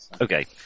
Okay